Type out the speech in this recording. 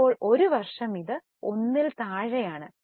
അപ്പോൾ ഒരു വർഷം ഇത് 1ൽ താഴെ ആണ്